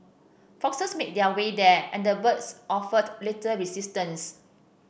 foxes made their way there and the birds offered little resistance